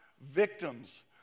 victims